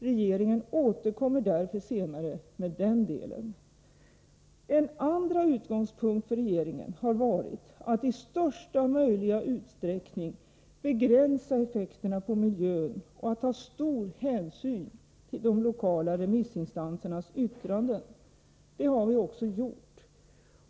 Regeringen återkommer därför senare med den delen. En andra utgångspunkt för regeringen har varit att i största möjliga utsträckning begränsa effekterna på miljön och att ta stor hänsyn till de lokala remissinstansernas yttranden. Det har vi också gjort.